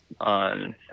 on